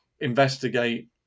investigate